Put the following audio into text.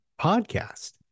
podcast